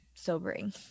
sobering